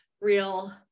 real